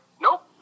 nope